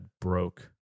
broke